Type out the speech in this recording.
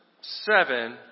seven